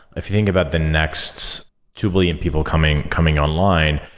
if you think about the next two billion people coming coming online,